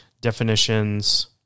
definitions